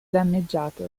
danneggiato